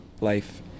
life